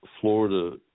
Florida